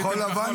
לא כחול לבן?